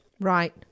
Right